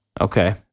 Okay